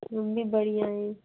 हम भी बढ़िया हैं